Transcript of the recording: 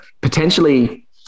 potentially